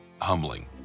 humbling